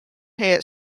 had